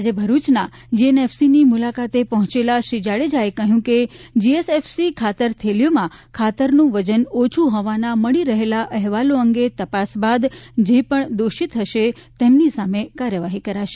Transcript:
આજે ભરૂચના જીએનએફસીની મુલાકાતે પહોંચેલા શ્રી જાડેજાએ કહ્યું કે જીએસએફસી ખાતર થેલીઓમાં ખાતરનું વજન ઓછૂં હોવાના મળી રહેલા અહેવાલો અંગે તપાસ બાદ જે પણ દોષિત હશે તેમની સામે કાર્યવાહી કરાશે